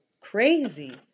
crazy